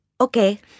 Okay